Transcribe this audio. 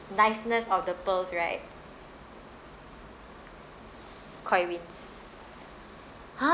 niceness of the pearls right Koi wins !huh!